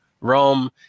Rome